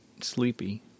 sleepy